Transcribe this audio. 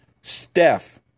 Steph